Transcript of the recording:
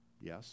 Yes